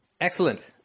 Excellent